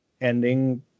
ending